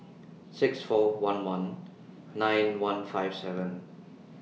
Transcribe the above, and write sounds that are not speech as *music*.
*noise* six four one one nine one five seven